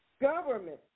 government